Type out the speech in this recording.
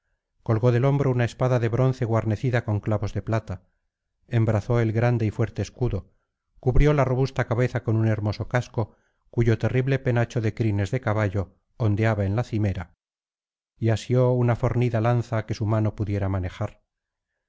colgó del hombro una espada de bronce guarnecida con clavos de plata embrazó el grande y fuerte escudo cubrió la robusta cabeza con un hermoso casco cuyo terrible penacho de crines de caballo ondeaba en la cimera y asió una fornida lanza que su mano pudiera manejar